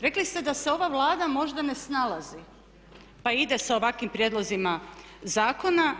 Rekli ste da se ova Vlada možda ne snalazi, pa ide sa ovakvim prijedlozima zakona.